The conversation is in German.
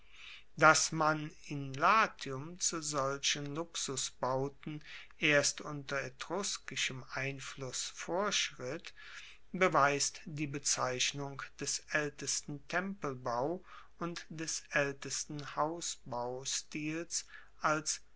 dass man in latium zu solchen luxusbauten erst unter etruskischem einfluss vorschritt beweist die bezeichnung des aeltesten tempelbau und des aeltesten hausbaustils als